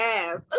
ass